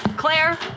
Claire